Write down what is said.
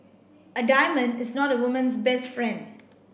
a diamond is not a woman's best friend